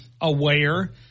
aware